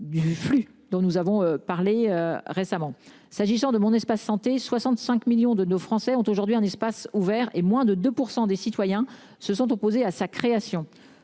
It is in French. Du flux dont nous avons parlé récemment. S'agissant de mon espace santé. 65 millions de nos français ont aujourd'hui un espace ouvert et moins de 2% des citoyens se sont opposés à sa création,